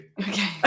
Okay